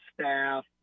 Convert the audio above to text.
staff